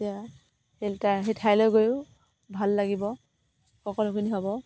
এতিয়া সেই সেই ঠাইলৈ গৈয়ো ভাল লাগিব সকলোখিনি হ'ব